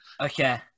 Okay